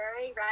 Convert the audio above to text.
right